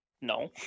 No